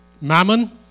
mammon